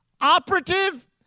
operative